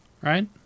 right